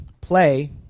play